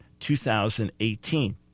2018